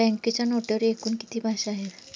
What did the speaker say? बँकेच्या नोटेवर एकूण किती भाषा आहेत?